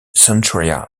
centralia